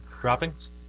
Droppings